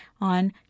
on